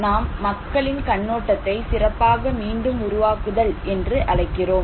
நாம் மக்களின் கண்ணோட்டத்தை சிறப்பாக மீண்டும் உருவாக்குதல்" என்று அழைக்கிறோம்